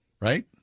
Right